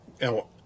Now